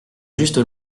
juste